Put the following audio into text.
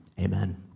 Amen